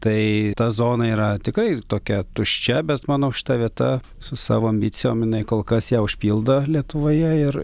tai ta zona yra tikrai tokia tuščia bet manau šita vieta su savo ambicijom jinai kol kas ją užpildo lietuvoje ir